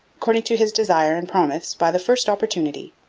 according to his desire and promise, by the first opportunity,